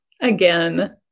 Again